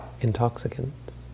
intoxicants